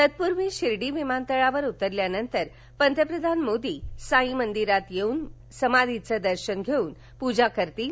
तत्पूर्वी शिर्डी विमानतळावर उतरल्यानतर पतप्रधान मोदी साई मदीरात येऊन समाधीच दर्शन घेऊन पूजा करतील